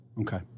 Okay